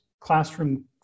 classroom